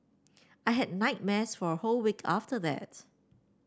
I had nightmares for a whole week after that